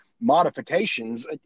modifications